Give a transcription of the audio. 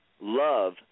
love